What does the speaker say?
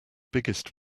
biggest